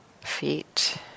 feet